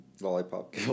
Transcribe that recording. Lollipop